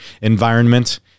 environment